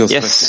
Yes